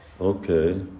Okay